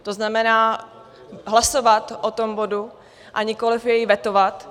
To znamená hlasovat o tom bodu a nikoliv jej vetovat.